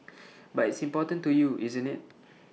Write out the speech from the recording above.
but it's important to you isn't IT